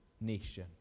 nation